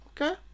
Okay